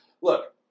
Look